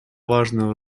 важную